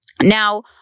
Now